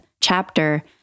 chapter